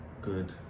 Good